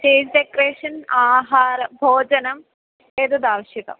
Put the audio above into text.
stage decoration आहारः भोजनम् एतद् आवश्यकम्